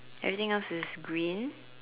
everything else is green